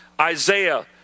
Isaiah